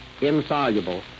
insoluble